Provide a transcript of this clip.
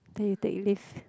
then you take leave